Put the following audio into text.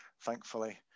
thankfully